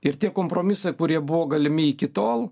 ir tie kompromisai kurie buvo galimi iki tol